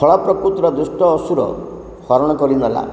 ଖଳ ପ୍ରକୃତିର ଦୁଷ୍ଟ ଅସୁର ହରଣ କରିନେଲା